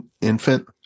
infant